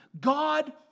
God